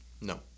No